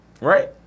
Right